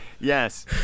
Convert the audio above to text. Yes